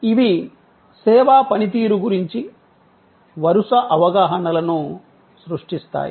ఇవి సేవా పనితీరు గురించి వరుస అవగాహనలను సృష్టిస్తాయి